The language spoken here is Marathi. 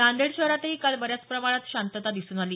नांदेड शहरातही काल बऱ्याच प्रमाणात शांतता दिसून आली